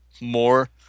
more